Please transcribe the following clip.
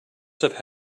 have